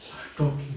talking